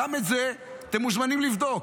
גם את זה אתם מוזמנים לבדוק.